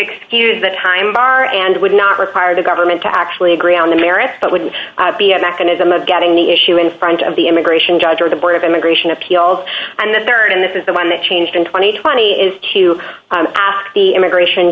excuse the time bar and would not require the government to actually agree on the merits but would be a mechanism of getting the issue in front of the immigration judge or the board of immigration appeals and the rd and this is the one that changed in two thousand and twenty is to ask the immigration